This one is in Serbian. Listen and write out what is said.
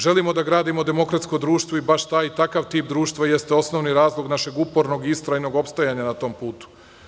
Želimo da gradimo demokratsko društvo i baš takav tip društva jeste osnovni razlog našeg upornog i istrajnog opstajanja na tom putu.